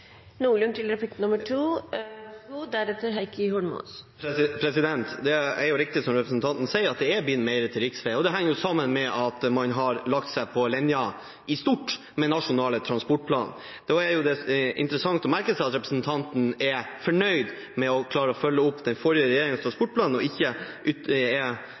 Det er riktig som representanten sier, at det er blitt mer til riksvei. Det henger sammen med at man i stort har lagt seg på linje med den nasjonale transportplanen. Da er det interessant å merke seg at representanten er fornøyd med å klare å følge opp den forrige regjeringens transportplan, og ikke synes det er